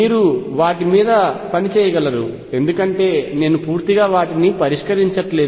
మీరు వాటి మీద పని చేయగలరుఎందుకంటే నేను పూర్తిగా వాటిని నేను పరిష్కరించట్లేదు